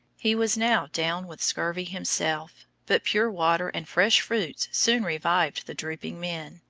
he was now down with scurvy himself, but pure water and fresh fruits soon revived the drooping men,